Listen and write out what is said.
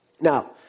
Now